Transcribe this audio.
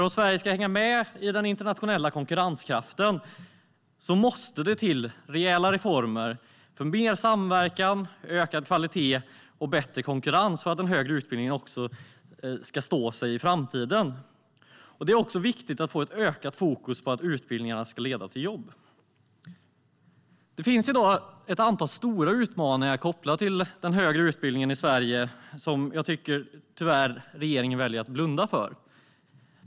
Om Sverige ska hänga med i den internationella konkurrensen måste det till rejäla reformer för mer samverkan, ökad kvalitet och bättre konkurrens. Det behövs för att den högre utbildningen ska stå sig i framtiden. Det är också viktigt att få ett ökat fokus på att utbildningarna ska leda till jobb. Det finns i dag ett antal stora utmaningar kopplade till den högre utbildningen i Sverige som jag tycker att regeringen tyvärr väljer att blunda för.